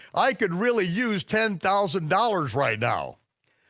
i could really use ten thousand dollars right now.